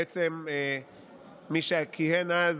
בעצם מי שכיהן אז